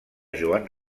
joan